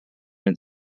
its